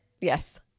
yes